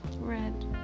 Red